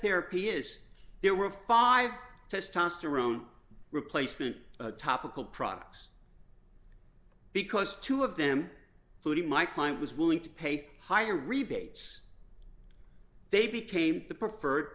therapy is there were five testosterone replacement topical products because two of them put in my client was willing to pay higher rebates they became the preferred